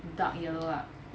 dark yellow lah